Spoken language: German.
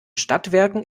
stadtwerken